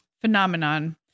phenomenon